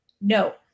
no